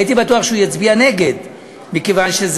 הייתי בטוח שהוא יצביע נגד,